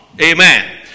Amen